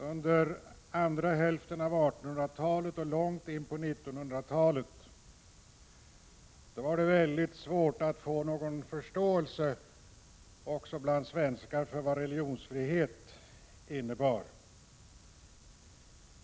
Under andra hälften av 1800-talet och långt in på 1900-talet var det mycket svårt att få någon förståelse, också bland svenskar, för vad religionsfrihet innebar.